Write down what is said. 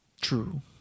True